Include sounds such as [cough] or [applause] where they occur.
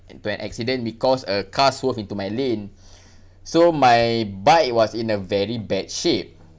into an accident because a car swerved into my lane [breath] so my bike it was in a very bad shape